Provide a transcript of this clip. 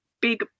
big